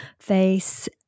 face